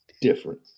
different